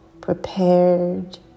prepared